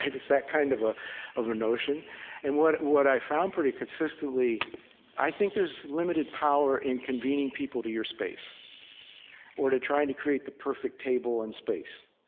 it's that kind of ah of a notion and what what i found, pretty consistently i think there's limited power in convening people to your space or trying to create the perfect table and space.